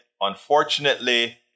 unfortunately